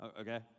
Okay